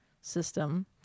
system